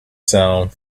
sound